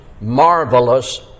marvelous